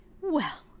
Well